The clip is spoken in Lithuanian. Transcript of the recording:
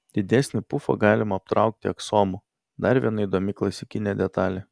didesnį pufą galima aptraukti aksomu dar viena įdomi klasikinė detalė